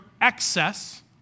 excess